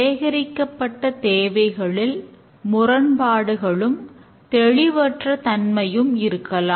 சேகரிக்கப்பட்ட தேவைகளில் முரண்பாடுகளும் தெளிவற்ற தன்மையும் இருக்கலாம்